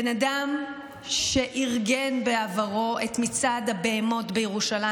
בן אדם שארגן בעברו את מצעד הבהמות בירושלים,